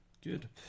Good